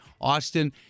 Austin